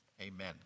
Amen